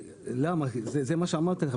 זה מה שאמרתי לך.